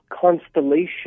constellation